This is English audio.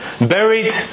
buried